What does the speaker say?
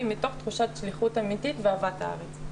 מתוך תחושת שליחות אמיתית ואהבת הארץ.